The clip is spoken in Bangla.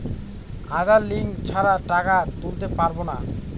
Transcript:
আধার লিঙ্ক ছাড়া টাকা তুলতে পারব না?